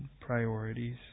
priorities